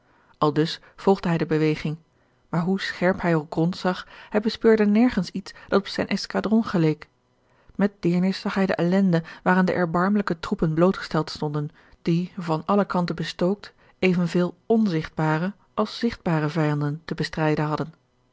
aldus volgde hij de beweging maar hoe scherp hij ook rondzag hij bespeurde nergens iets dat op zijn escadron geleek met deernis zag hij de ellende waaraan de erbarmelijke troepen blootgesteld stonden die van alle kanten bestookt evenveel onzigtbare als zigtbare vijanden te bestrijden hadden